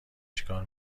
چیکار